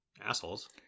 Assholes